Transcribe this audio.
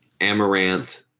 amaranth